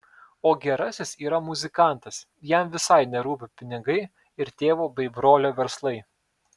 o gerasis yra muzikantas jam visai nerūpi pinigai ir tėvo bei brolio verslai